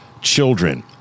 children